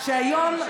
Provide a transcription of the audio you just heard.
היום,